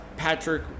Patrick